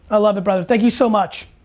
i love it, brother. thank you so much.